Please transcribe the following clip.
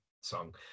song